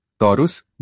Taurus